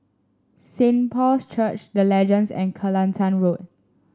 Saint Paul's Church The Legends and Kelantan Road